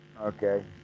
Okay